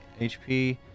HP